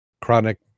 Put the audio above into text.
chronic